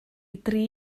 dri